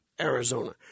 Arizona